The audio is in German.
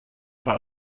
war